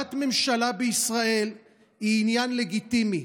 הקמת ממשלה בישראל היא עניין לגיטימי.